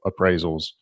appraisals